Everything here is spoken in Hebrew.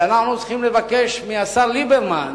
שאנחנו צריכים לבקש מהשר ליברמן